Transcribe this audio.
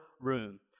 room